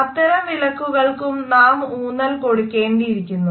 അത്തരം വിലക്കുകൾക്കും നാം ഊന്നൽ കൊടുക്കേണ്ടിയിരിക്കുന്നു